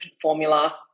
formula